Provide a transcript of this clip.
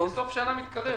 סוף השנה מתקרב.